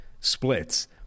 splits